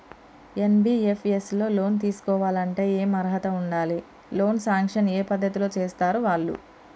NBFS లో loan తీస్కోవాలంటే ఏం అర్హత ఉండాలి? లోన్ సాంక్షన్ ఏ పద్ధతి లో చేస్తరు వాళ్లు?